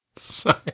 Sorry